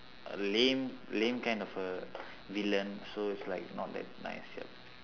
err lame lame kind of err villain so it's like not that nice yup